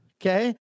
okay